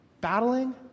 battling